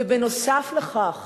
ונוסף על כך